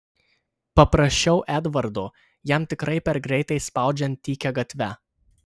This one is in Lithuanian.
paprašiau edvardo jam tikrai per greitai spaudžiant tykia gatve